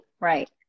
Right